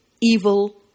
evil